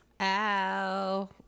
Ow